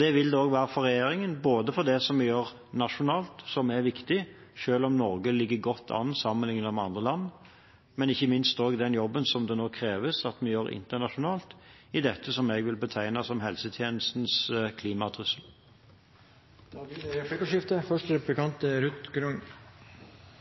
Det vil det også være for regjeringen, både i det som vi gjør nasjonalt, som er viktig, selv om Norge ligger godt an sammenliknet med andre land, og ikke minst i den jobben som det nå kreves at vi gjør internasjonalt, i det som jeg vil betegne som helsetjenestens klimatrussel. Det blir replikkordskifte. Arbeiderpartiet har valgt å støtte fem av forslagene, for vi synes det er